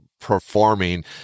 performing